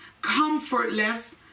comfortless